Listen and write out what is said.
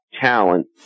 talent